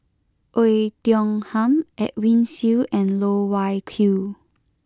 Oei Tiong Ham Edwin Siew and Loh Wai Kiew